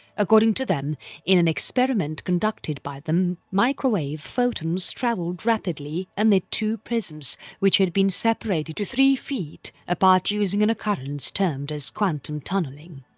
according to them in an experiment conducted by them microwave photons travelled rapidly amid two prisms which had been separated to three feet apart using an occurrence termed as quantum tunnelling.